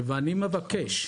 ואני מבקש,